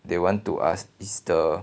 they want to ask is the